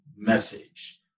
message